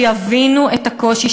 שיבינו את הקושי,